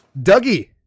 Dougie